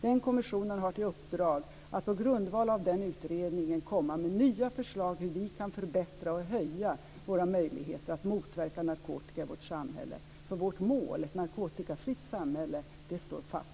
Den kommissionen har i uppdrag att på grundval av den utredningen komma med nya förslag hur vi kan förbättra våra möjligheter att motverka narkotika i vårt samhälle. Vårt mål - ett narkotikafritt samhälle - står fast.